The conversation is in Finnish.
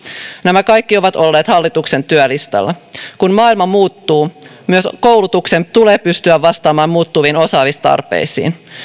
nämä kaikki ovat olleet hallituksen työlistalla kun maailma muuttuu myös koulutuksen tulee pystyä vastaamaan muuttuviin osaamistarpeisiin